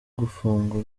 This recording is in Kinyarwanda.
gufungwa